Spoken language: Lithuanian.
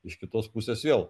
iš kitos pusės vėl